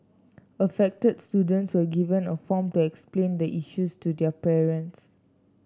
affected students were given a form to explain the issues to their parents